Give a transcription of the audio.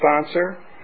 sponsor